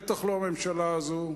ודאי לא הממשלה הזאת,